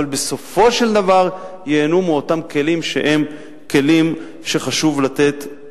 אבל בסופו של דבר הם ייהנו מאותם כלים שהם כלים שחשוב לתת